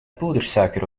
poedersuiker